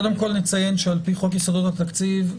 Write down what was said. קודם כול נציין שעל פי חוק יסודות התקציב,